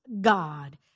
God